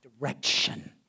direction